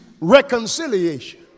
reconciliation